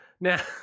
Now